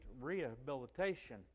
rehabilitation